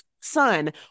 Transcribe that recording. son